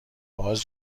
باز